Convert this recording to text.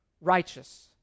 righteous